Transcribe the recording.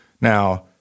now